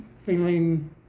feeling